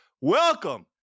Welcome